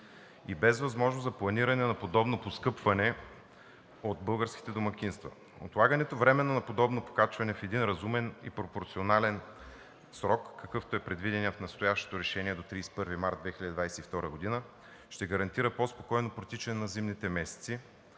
и без възможност за планиране на подобно поскъпване от българските домакинства. Отлагането временно на подобно качване в един разумен и пропорционален срок, какъвто е предвиденият в настоящото решение до 31 март 2022 г., ще гарантира по-спокойно протичане на зимните месеци,